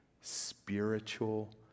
spiritual